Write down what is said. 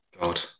God